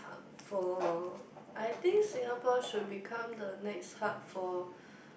for I think Singapore should become the next hub for